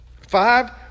Five